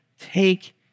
Take